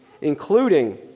including